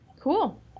Cool